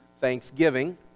Thanksgiving